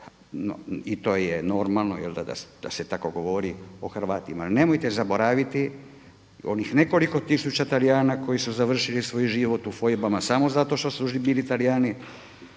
i to je normalno da se tako govori o Hrvatima. Nemojte zaboraviti onih nekoliko tisuća Talijana koji su završili svoj život u fojbama samo zato što su bili Talijani